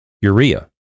urea